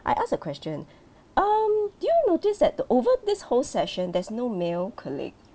I ask a question um do you notice that the over this whole session there's no male colleague